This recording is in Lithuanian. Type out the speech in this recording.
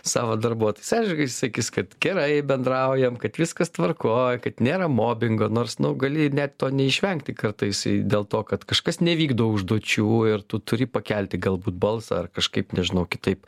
savo darbuotojais aišku jis sakys kad gerai bendraujam kad viskas tvarkoj kad nėra mobingo nors nu gali net to neišvengti kartais dėl to kad kažkas nevykdo užduočių ir tu turi pakelti galbūt balsą ar kažkaip nežinau kitaip